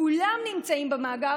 כולם נמצאים במאגר,